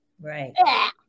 Right